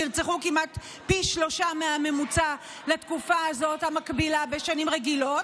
נרצחו כמעט פי שלושה מהממוצע לתקופה המקבילה הזאת בשנים רגילות.